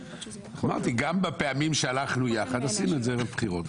אמרתי שגם בפעמים שהלכנו יחד עשינו את זה ערב הבחירות,